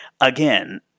again